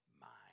mind